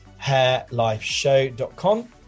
HairLifeShow.com